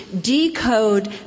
decode